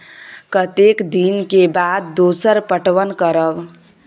कतेक दिन के बाद दोसर पटवन करब?